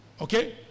Okay